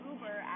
Uber